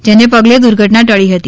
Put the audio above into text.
જેને પગલે દુર્ઘટના ટળી હતી